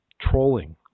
trolling